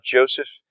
Joseph